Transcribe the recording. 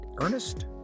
Ernest